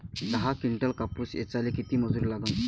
दहा किंटल कापूस ऐचायले किती मजूरी लागन?